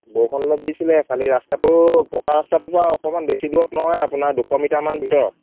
বৰষুণ অলপ দিছিলে খালি ৰাস্তাটো পকা ৰাস্তাটোৰ পৰা অকনমান বেছি দূৰত নহয় আপোনাৰ দুশ মিটাৰমান ভিতৰত